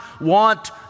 want